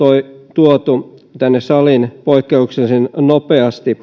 tuotu tänne saliin käsittelyyn poikkeuksellisen nopeasti